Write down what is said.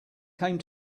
came